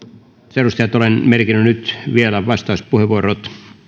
arvoisat edustajat olen merkinnyt nyt vielä vastauspuheenvuorot